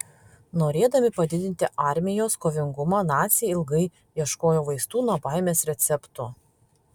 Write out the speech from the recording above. norėdami padidinti armijos kovingumą naciai ilgai ieškojo vaistų nuo baimės recepto